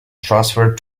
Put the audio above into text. transferred